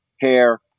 hair